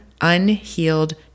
unhealed